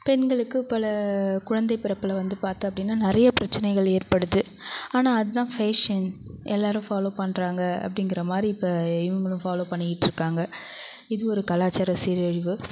பெண்களுக்கு பல குழந்தை பிறப்பில் வந்து பார்த்தோம் அப்படின்னா நிறைய பிரச்சனைகள் ஏற்படுது ஆனால் அதுதான் ஃபேஷன் எல்லாரும் ஃபாலோ பண்ணுறாங்க அப்படிங்கிற மாதிரி இப்போ இவங்களும் ஃபாலோ பண்ணிக்கிட்டு இருக்காங்க இது ஒரு கலாச்சார சீரழிவு